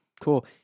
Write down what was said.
cool